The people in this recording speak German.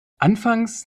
anfangs